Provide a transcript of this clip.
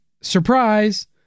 Surprise